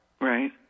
Right